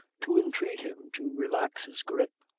to entreat him to relax his grip.